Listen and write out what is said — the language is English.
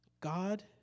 God